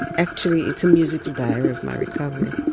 actually, it's a musical diary of my recovery.